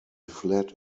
fled